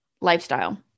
lifestyle